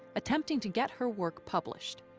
attempting to get her work published.